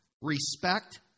Respect